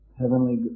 heavenly